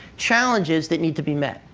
challenges that need to be met.